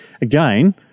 again